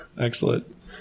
Excellent